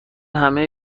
همه